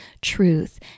truth